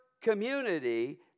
community